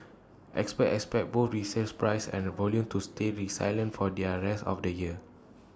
experts expect both resale prices and the volume to stay resilient for their rest of the year